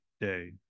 day